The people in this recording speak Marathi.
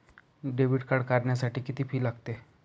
डेबिट कार्ड काढण्यासाठी किती फी लागते?